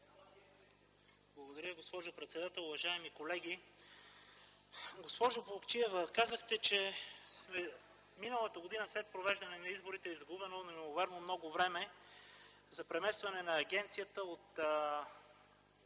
Благодаря, госпожо председател. Уважаеми колеги, госпожо Плугчиева! Казахте, че миналата година след провеждането на изборите е изгубено неимоверно много време за преместване на агенцията от